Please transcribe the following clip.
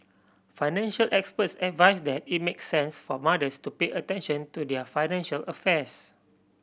financial experts advise that it makes sense for mothers to pay attention to their financial affairs